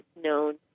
known